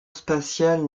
spatiale